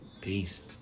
Peace